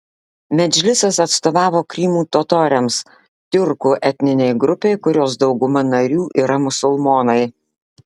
medžlisas atstovavo krymo totoriams tiurkų etninei grupei kurios dauguma narių yra musulmonai